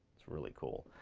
it's really cool.